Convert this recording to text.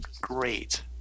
great